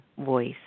voice